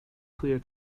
clear